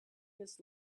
this